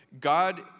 God